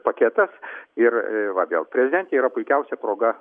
paketas ir va vėl prezidentė yra puikiausia proga